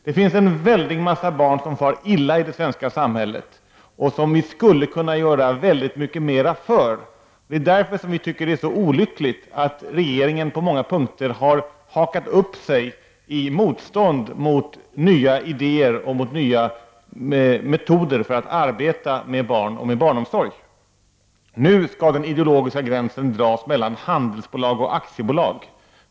Det finns många barn som far illa i det svenska samhället och som vi skulle kunna göra mycket mera för. Det är därför som vi tycker att det är så olyckligt att regeringen på många punkter har hakat upp sig i motstånd mot nya idéer och mot nya metoder för att arbeta med barn och med barnomsorg. Nu skall den ideologiska gränsen dras mellan handelsbolag och aktiebolag.